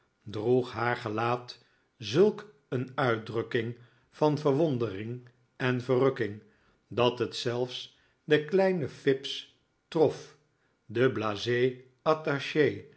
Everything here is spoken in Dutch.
droeg haar gelaat zulk een uitdrukking van verwondering en verrukking dat het zelfs den kleinen fipps trof den blase attache